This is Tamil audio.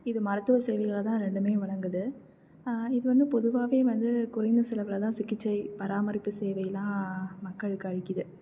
இது மருத்துவ சேவைகளை தான் ரெண்டுமே வழங்குது இது வந்து பொதுவாகவே வந்து குறைந்த செலவில் தான் சிகிச்சை பராமரிப்பு சேவைலாம் மக்களுக்கு அளிக்குது